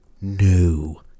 new